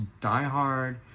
diehard